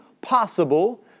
possible